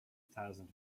thousand